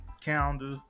Calendar